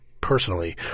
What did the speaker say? personally